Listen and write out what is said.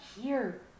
here